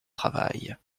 travail